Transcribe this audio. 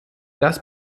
das